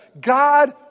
God